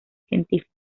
científico